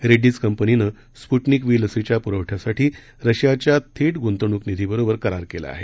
रेड्डीज कंपनीनं Sputnik V लसीच्या पुरवठ्यासाठी रशियाच्या थेट गुंतवणूक निधीबरोबर करार केला आहे